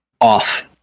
off